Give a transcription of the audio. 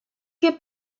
que